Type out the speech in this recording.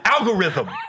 Algorithm